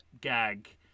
gag